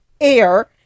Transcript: air